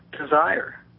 desire